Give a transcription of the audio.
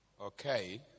Okay